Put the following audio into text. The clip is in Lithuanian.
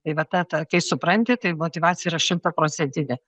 tai va tą tą kai supranti tai motyvacija yra šimtaprocentinė